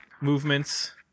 movements